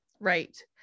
Right